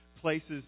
places